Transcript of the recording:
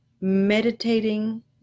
meditating